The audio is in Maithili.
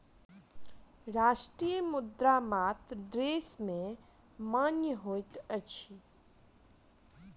राष्ट्रीय मुद्रा मात्र देश में मान्य होइत अछि